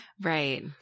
Right